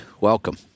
welcome